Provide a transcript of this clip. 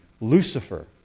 Lucifer